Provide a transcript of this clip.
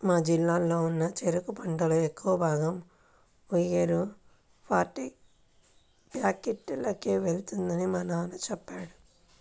మా జిల్లాలో ఉన్న చెరుకు పంటలో ఎక్కువ భాగం ఉయ్యూరు ఫ్యాక్టరీకే వెళ్తుందని మా నాన్న చెప్పాడు